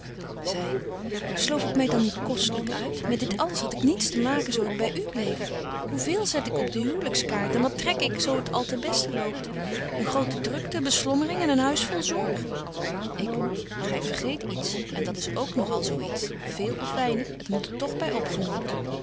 zy sloof ik my dan niet kostelyk uit met dit alles had ik niets te maken zo ik by u bleef hoe veel zet ik op de huwlyks kaart en wat trek ik zo het al ten besten loopt een grote drukte beslommering en een huis vol zorg ik gy vergeet iets en dat is ook nog al zo iets veel of weinig t moet er tog by opgenoemt